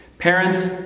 Parents